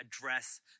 address